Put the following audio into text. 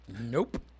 Nope